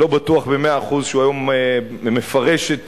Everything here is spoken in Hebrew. אני לא בטוח במאה אחוז שהיום הוא מפרש את